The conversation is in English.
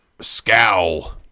scowl